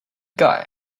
guy